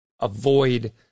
avoid